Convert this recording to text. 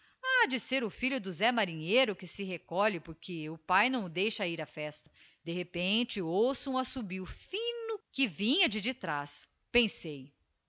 ha de ser o filho do zé marinheiro que se recolhe porque o pae não o deixa ir á festa de repente ouço um assobio fino que vinha de detraz pensei